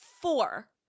four